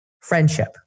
friendship